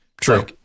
true